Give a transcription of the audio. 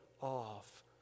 off